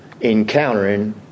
...encountering